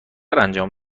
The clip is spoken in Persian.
انجام